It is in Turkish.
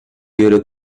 göre